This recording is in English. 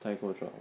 戴口罩